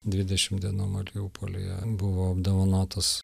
dvidešim dienų mariupolyje buvo apdovanotas